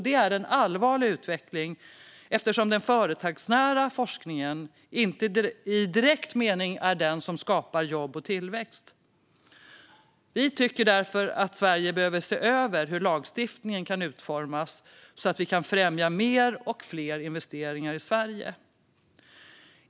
Det är en allvarlig utveckling eftersom den företagsnära forskningen inte i direkt mening är den som skapar jobb och tillväxt. Vi tycker därför att Sverige behöver se över hur lagstiftningen kan utformas så att vi kan främja mer och fler investeringar i Sverige.